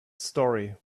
story